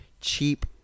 cheap